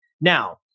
Now